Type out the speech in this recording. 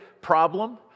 problem